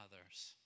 others